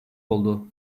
oldu